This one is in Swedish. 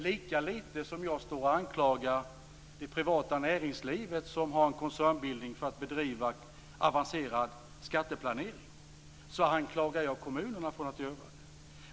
Lika lite som jag anklagar det privata näringslivet, där det finns koncernbildningar, för att bedriva avancerad skatteplanering anklagar jag kommunerna för att göra det.